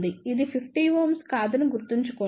ఇది 50 Ω కాదని గుర్తుంచుకోండి